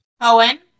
Owen